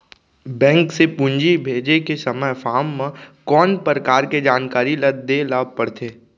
Bank से पूंजी भेजे के समय फॉर्म म कौन परकार के जानकारी ल दे ला पड़थे?